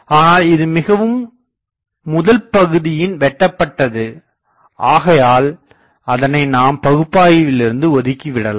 ஆனால் இது மிகவும் முதல் பகுதியின் வெட்டபட்டது ஆகையால் அதனை நாம் பகுப்பாய்விலிருந்து ஓதிக்கிவிடலாம்